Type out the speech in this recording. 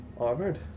armored